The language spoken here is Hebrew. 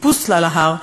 טיפוס על ההר,